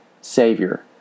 Savior